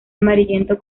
amarillento